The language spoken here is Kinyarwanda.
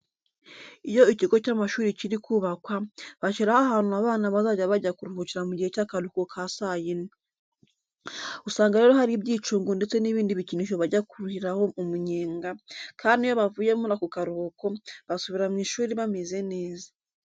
Iyo ikigo cy'amashuri kiri kubakwa, bashyiraho ahantu abana bazajya bajya kuruhukira mu gihe cy'akaruhuko ka saa yine. Usanga rero hari ibyicungo ndetse n'ibindi bikinisho bajya kuriraho umunyenga, kandi iyo bavuye muri ako karuhuko, basubira mu ishuri bameze neza.